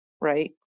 right